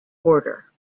order